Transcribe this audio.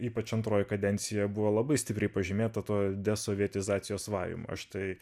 ypač antroji kadencija buvo labai stipriai pažymėta to desovietizacijos vajum aš tai